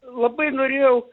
labai norėjau